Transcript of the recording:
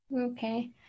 okay